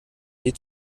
die